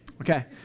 Okay